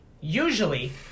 usually